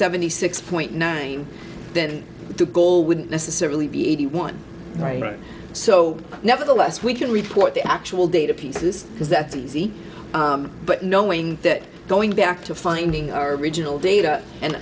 seventy six point nine then the goal wouldn't necessarily be eighty one right so nevertheless we can read what the actual data pieces because that's easy but knowing that going back to finding our original data and